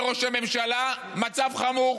אומר ראש הממשלה: המצב חמור.